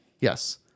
Yes